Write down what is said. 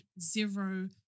zero